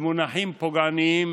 במונחים פוגעניים,